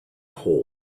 hole